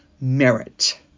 merit